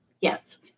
yes